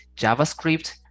JavaScript